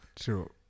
True